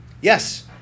Yes